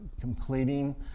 completing